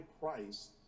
price